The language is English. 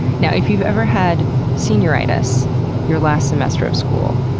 now, if you've ever had senioritis your last semester of school,